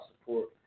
support